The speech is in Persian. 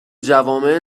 جوامع